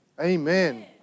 Amen